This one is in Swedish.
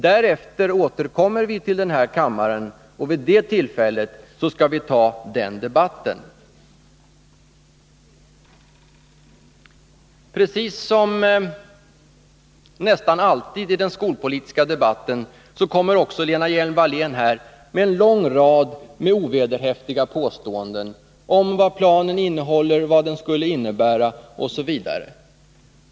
Därefter återkommer ärendet till kammaren, och när det kommer upp till behandling skall vi också gå in i en debatt i frågan. Som nästan alltid i skolpolitiska debatter gör Lena Hjelm-Wallén också i dag en lång rad ovederhäftiga påståenden om vad planen innehåller, vad den skulle innebära osv.